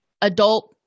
adult